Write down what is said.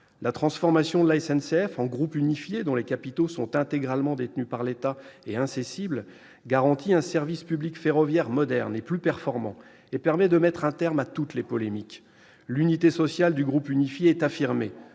La transformation de la SNCF en un groupe unifié dont les capitaux seront intégralement détenus par l'État et incessibles garantit un service public ferroviaire moderne et plus performant, et permet de mettre un terme à toutes les polémiques. L'unité sociale de ce groupe unifié est affirmée,